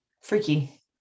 freaky